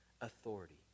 authority